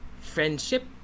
friendship